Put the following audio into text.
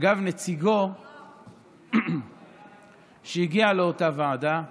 אגב, נציגו שהגיע לאותה ועדה,